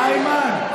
איימן,